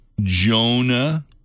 Jonah